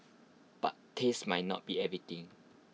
but taste might not be everything